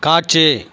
காட்சி